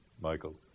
Michael